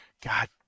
God